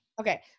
Okay